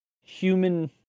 human